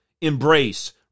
embrace